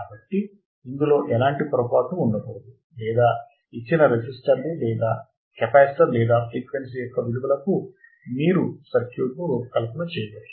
కాబట్టి ఇందులో ఎటువంటి పొరపాటు ఉండకూడదు లేదా ఇచ్చిన రెసిస్టర్లు లేదా కెపాసిటర్ లేదా ఫ్రీక్వెన్సీ యొక్క విలువలకు మీరు సర్క్యూట్ను రూపకల్పన చేయవచ్చు